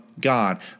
God